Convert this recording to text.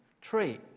tree